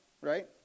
right